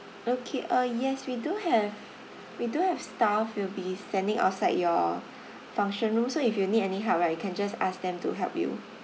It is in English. okay uh yes we do have we do have staff will be standing outside your function room so if you need any help right you can just ask them to help you